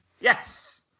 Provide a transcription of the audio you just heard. yes